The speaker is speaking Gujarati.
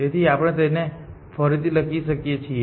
તેથી આપણે તેને ફરીથી લખી શકીએ છીએ